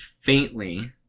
faintly